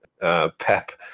Pep